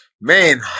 Man